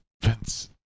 Vince